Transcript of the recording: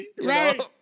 Right